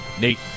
Nate